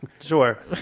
Sure